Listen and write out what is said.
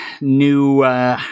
new